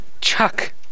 Chuck